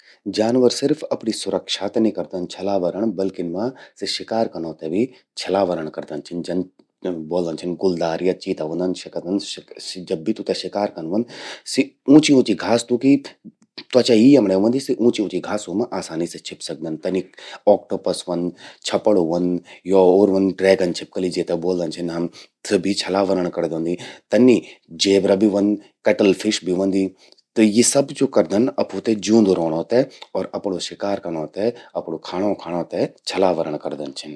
जानवर सिर्फ अपणि सुरक्षा ते नि करदन छलावरण बल्किन मां सि शिकार कनौ ते भी छलावरण करदन छिन। जन ब्वोल्दन छिन गुलदार या चीता व्हंदन, जब भी तूंते शिकार कन व्हंद सि ऊंची ऊंची घास, तूंकि त्वचा ही यमण्ये व्हंदि कि सि ऊंची ऊंची घासूं मां आसानी से छिप सकदन। तनि ऑक्टोपस व्हंद, छपणु व्हंद, यो ओर व्हंद ड्रैगन छिपकली जेते ब्वोल्दन छिन हम, स्या भी छलावरण करदि। तनि जेबरा भी व्हंद, कैटल फिश भी व्हंदि। त यि सब क्या करदन अफू ते ज्यूंदू रौंणों ते अर अपरु शिकार कनौ ते, अपरु खाणों खांण ते छलावरण करदन छिन।